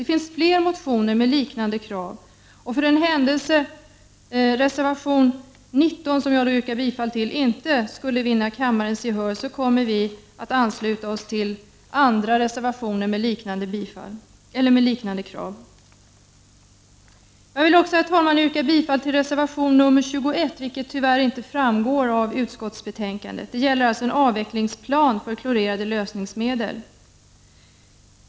Det finns fler motioner med liknande krav, och för den händelse reservation 19 inte skulle bifallas av kammaren kommer vi att rösta bifall för andra reservationer med liknande krav. Jag vill också yrka bifall till reservation nr 21, vilket tyvärr inte framgår av utskottsbetänkandet. Det gäller alltså en avvecklingsplan för klorerade lösningsmedel.